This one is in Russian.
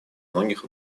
многих